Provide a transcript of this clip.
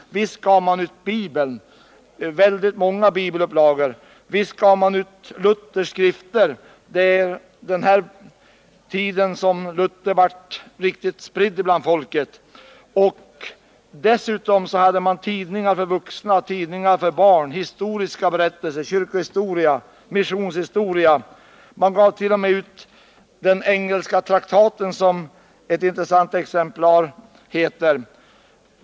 Visst gav man ut Bibeln, många bibelupplagor, och Luthers skrifter — det var under denna tid som Luther blev riktigt spridd bland folket. Men dessutom hade man tidningar för vuxna och barn, utgåvor med historiska berättelser, skrifter om kyrkohistoria och missionshistoria. Man gav t.o.m. ut ”Den engelska traktaten”, som ett intressant exemplar heter.